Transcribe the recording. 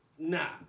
Nah